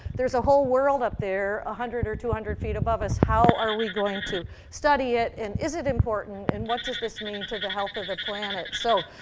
there's a whole world up there, one hundred or two hundred feet above us. how are we going to study it? and is it important? and what does this mean to the health of the planet? so,